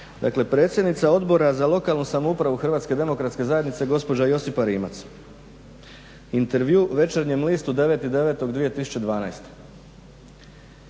Dakle predsjednica Odbora za lokalnu samoupravu HDZ-a gospođa Josipa Rimac, intervju Večernjem listu 9.9.2012.